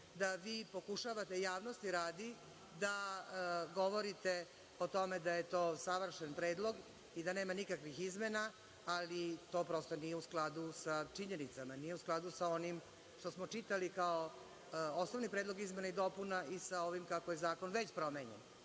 da vi pokušavate, javnosti radi, da govorite o tome da je to savršen predlog i da nema nikakvih izmena, ali to prosto nije u skladu sa činjenicama, nije u skladu sa onim što smo čitali kao osnovni predlog izmena i dopuna i sa ovim kako je zakon već promenjen.U